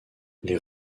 les